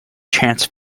chance